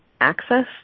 access